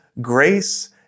grace